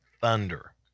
thunder